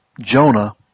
Jonah